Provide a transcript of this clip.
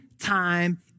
time